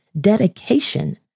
dedication